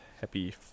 happy